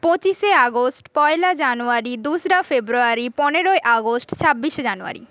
পঁচিশে আগস্ট পয়লা জানুয়ারি দোসরা ফেব্রুয়ারি পনেরোই আগস্ট ছাব্বিশে জানুয়ারি